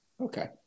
Okay